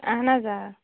اَہَن حظ آ